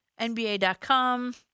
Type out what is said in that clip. NBA.com